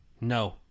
No